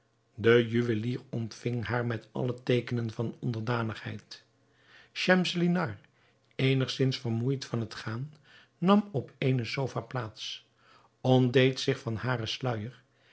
de juwelier ontving haar met alle teekenen van onderdanigheid schemselnihar eenigzins vermoeid van het gaan nam op eene sofa plaats ontdeed zich van haren sluijer